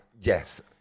Yes